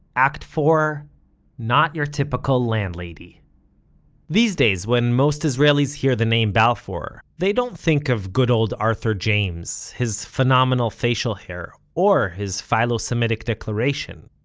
act four not your typical landlady these days, when most israelis hear the name balfour they don't think of good old arthur james, his phenomenal facial hair or his philosemitic declaration.